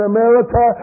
America